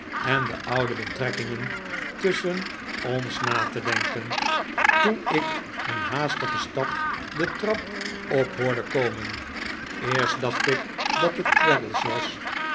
en de oude betrekkingen tusschen ons na te denken toen ik een haastigen stap de trap op hoorde komen eerst dacht ik dat het traddles was